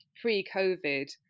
pre-COVID